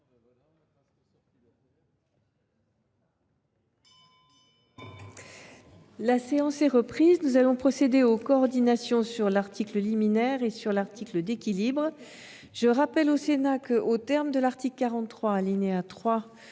La séance est reprise. Nous allons procéder aux coordinations sur l’article liminaire et sur l’article d’équilibre. Je rappelle au Sénat que, aux termes de l’article 43, alinéa 3,